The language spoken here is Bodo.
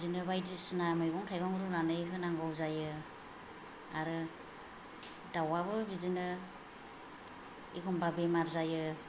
बिदिनो बायदिसिना मैगं थाइगं रुनानै होनांगौ जायो आरो दावाबो बिदिनो एखम्बा बेमार जायो